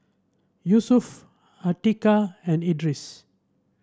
Yusuf Atiqah and Idris